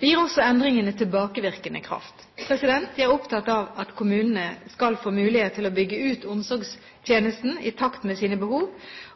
gir også endringene tilbakevirkende kraft. Jeg er opptatt av at kommunene skal få mulighet til å bygge ut omsorgstjenesten i takt med sine behov.